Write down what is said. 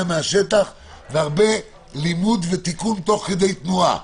מהשטח והרבה לימוד ותיקון תוך כדי תנועה.